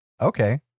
Okay